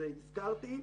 זה הזכרתי,